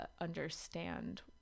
understand